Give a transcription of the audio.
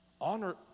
Honor